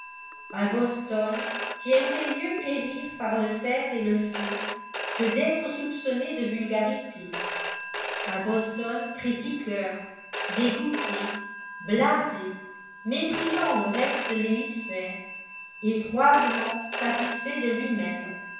un boston qui aimerait mieux périr par le fer et le feu que d'être soupçonné de vulgarité un boston critiqueur dégoûté blasé méprisant le reste de l'hémisphère et froidement satisfait de lui-même